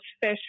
fish